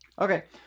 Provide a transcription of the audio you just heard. Okay